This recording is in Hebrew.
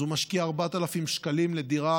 אז הוא משקיע 4,000 שקלים בדירה.